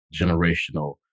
generational